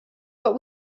but